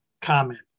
comment